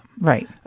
Right